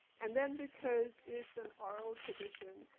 and then, because it's an oral tradition,